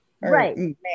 Right